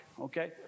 okay